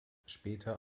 später